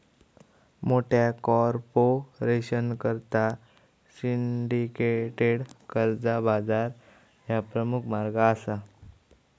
मोठ्या कॉर्पोरेशनकरता सिंडिकेटेड कर्जा बाजार ह्या प्रमुख मार्ग असा